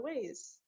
ways